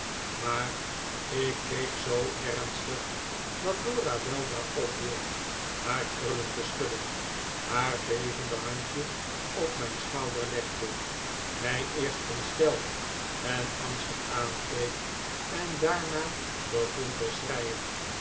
maar ik keek zoo ernstig dat dora weldra ophield haar krullen te schudden haar bevende handje op mijn schouder legde mij eerst ontsteld en angstig aankeek en daarna begon te